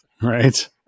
Right